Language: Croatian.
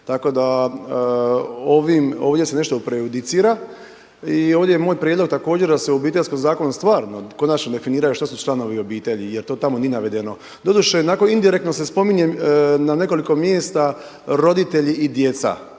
da ovim, ovdje se nešto prejudicira i ovdje je moj prijedlog također da se u Obiteljskom zakonu stvarno definiraju što su članovi obitelji jer to tamo nije navedeno. Doduše onako indirektno se spominje na nekoliko mjesta roditelji i djeca,